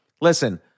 listen